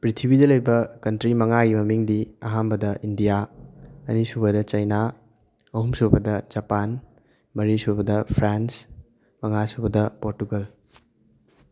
ꯄ꯭ꯔꯤꯊꯤꯕꯗꯤ ꯂꯩꯕ ꯀꯟꯇ꯭ꯔꯤ ꯃꯉꯥꯒꯤ ꯃꯃꯤꯡꯗꯤ ꯑꯍꯥꯟꯕꯗ ꯏꯟꯗꯤꯌꯥ ꯑꯅꯤꯁꯨꯕꯗ ꯆꯩꯅꯥ ꯑꯍꯨꯝꯁꯨꯕꯗ ꯖꯄꯥꯟ ꯃꯔꯤꯁꯨꯕꯗ ꯐ꯭ꯔꯥꯟꯁ ꯃꯉꯥꯁꯨꯕꯗ ꯄꯣꯔꯇꯨꯒꯜ